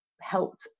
helped